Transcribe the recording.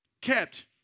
kept